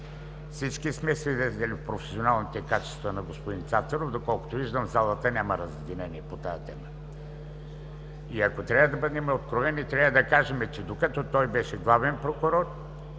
всички сме свидетели на професионалните качества на господин Цацаров – доколкото виждам, в залата няма разединение по тази тема. Ако трябва да сме откровени, трябва да кажем, че докато беше главен прокурор,